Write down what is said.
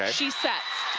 yeah she sets.